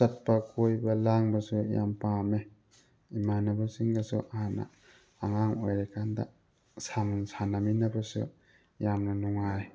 ꯆꯠꯄ ꯀꯣꯏꯕ ꯂꯥꯡꯕꯁꯦ ꯌꯥꯝ ꯄꯥꯝꯃꯦ ꯏꯃꯥꯟꯅꯕꯁꯤꯡꯒꯁꯨ ꯍꯥꯟꯅ ꯑꯉꯥꯡ ꯑꯣꯏꯔꯤꯀꯥꯟꯗ ꯁꯥꯟꯅ ꯁꯥꯟꯅꯃꯤꯟꯅꯕꯁꯨ ꯌꯥꯝꯅ ꯅꯨꯡꯉꯥꯏ